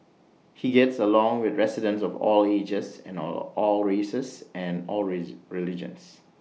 he gets along with residents of all ages and all all races and all religions